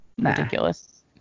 ridiculous